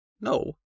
No